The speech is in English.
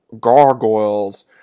Gargoyles